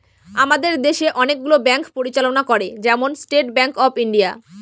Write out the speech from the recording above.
আমাদের দেশে অনেকগুলো ব্যাঙ্ক পরিচালনা করে, যেমন স্টেট ব্যাঙ্ক অফ ইন্ডিয়া